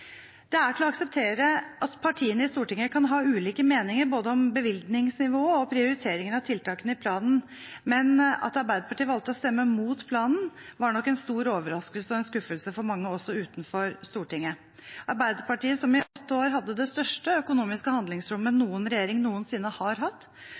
Det er til å akseptere at partiene i Stortinget kan ha ulike meninger om både bevilgningsnivået og prioriteringen av tiltakene i planen, men at Arbeiderpartiet valgte å stemme mot planen, var nok en stor overraskelse og en skuffelse for mange, også utenfor Stortinget. Arbeiderpartiet, som i åtte år hadde det største økonomiske handlingsrommet